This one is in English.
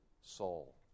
soul